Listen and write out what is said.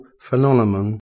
phenomenon